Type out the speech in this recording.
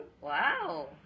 Wow